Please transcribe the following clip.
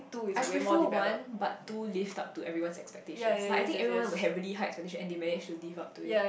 I prefer one but two lived up to everyone's expectations like I think everyone would had really high expectation and they manage to live up to it